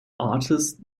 artist